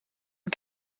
een